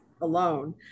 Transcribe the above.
alone